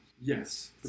Yes